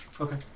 Okay